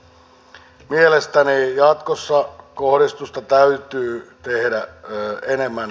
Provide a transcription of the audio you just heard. meillä kaikilla on se sama huoli työttömyys